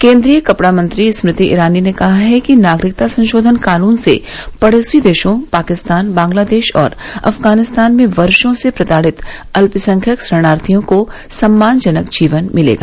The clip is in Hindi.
केन्द्रीय कपडा मंत्री स्मृति ईरानी ने कहा है कि नागरिकता संशोधन कानुन से पड़ोसी देशो पाकिस्तान बांग्लादेश और अफगानिस्तान में वर्षो से प्रताड़ित अल्पसंख्यक शरणार्थियों को सम्मानजनक जीवन मिलेगा